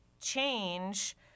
change